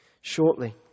shortly